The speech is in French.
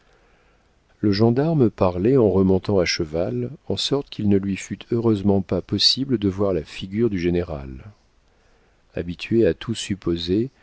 le gendarme parlait en remontant à cheval en sorte qu'il ne lui fut heureusement pas possible de voir la figure du général habitué à tout supposer